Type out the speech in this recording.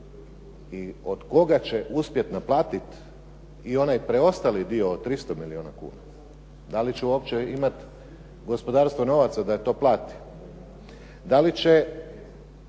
i od koga će uspjeti naplatiti i onaj preostali dio od 300 milijuna kuna? da li će uopće imati gospodarstvo novaca da to plati? Da li će